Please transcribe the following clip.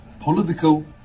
political